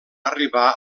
arribar